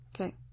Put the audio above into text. Okay